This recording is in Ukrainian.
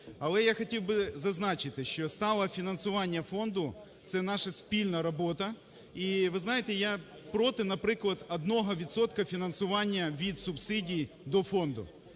Але я хотів би зазначити, що стале фінансування фонду – це наша спільна робота. І ви знаєте, я проти, наприклад, одного відсотка фінансування від субсидій до фонду.